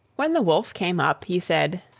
when the wolf came up he said,